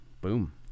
boom